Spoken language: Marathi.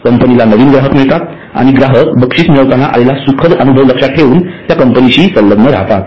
कंपनीला नवीन ग्राहक मिळतात आणि ग्राहक बक्षीस मिळविताना आलेला सुखद अनुभव लक्षात ठेवून कंपनीशी संलग्न राहतात